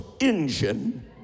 engine